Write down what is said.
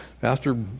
Pastor